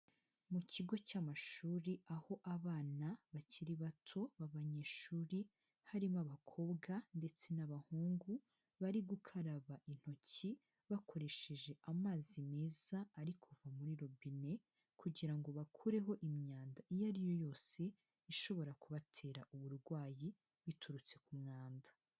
Mu kigo cy'amashuri aho abana bakiri bato b'abanyeshuri, harimo abakobwa ndetse n'abahungu, bari gukaraba intoki bakoresheje amazi meza ari kuva muri robine kugira ngo bakureho imyanda iyo ari yo yose ishobora kubatera uburwayi biturutse ku mwanda.